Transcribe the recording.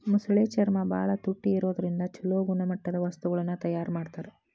ಮೊಸಳೆ ಚರ್ಮ ಬಾಳ ತುಟ್ಟಿ ಇರೋದ್ರಿಂದ ಚೊಲೋ ಗುಣಮಟ್ಟದ ವಸ್ತುಗಳನ್ನ ತಯಾರ್ ಮಾಡ್ತಾರ